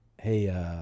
Hey